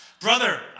Brother